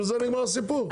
ובזה נגמר הסיפור.